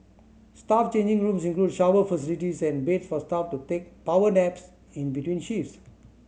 staff changing rooms include shower facilities and beds for staff to take power naps in between shifts